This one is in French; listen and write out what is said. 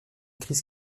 crise